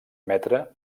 metre